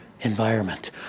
environment